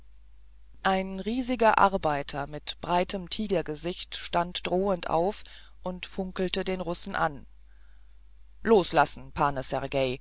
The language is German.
ein riesiger arbeiter mit breitem tigergesicht stand drohend auf und funkelte den russen an loslassen pane sergej